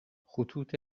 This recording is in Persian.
خطوط